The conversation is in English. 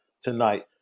tonight